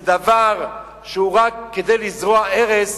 זה דבר שהוא רק כדי לזרוע ארס